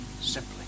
simply